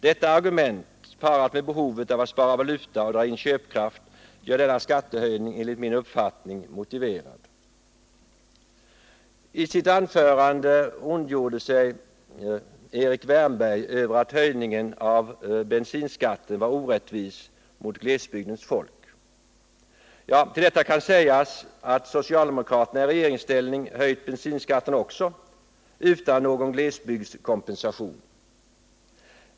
Detta argument, parat med behovet av att spara valuta och dra in köpkraft, gör denna skattehöjning enligt min uppfattning motiverad. I sitt anförande ondgjorde sig Erik Wärnberg över att höjningen av bensinskatten var orättvis mot glesbygdens folk. Till detta kan sägas att också socialdemokraterna i regeringsställning har höjt bensinskatten utan att ge någon glesbygdskompensation.